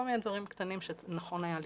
כל מיני דברים קטנים שנכון היה לבחון.